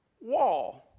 wall